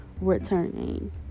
returning